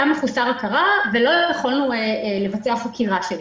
מחוסר הכרה ולא יכולנו לבצע חקירה שלו.